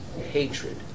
hatred